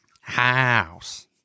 House